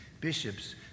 bishops